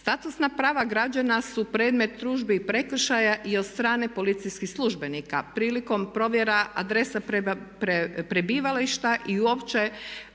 Statusna prava građana su predmet tužbi i prekršaja i od strane policijskih službenika. Prilikom provjera adrese prebivališta i uopće